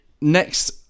next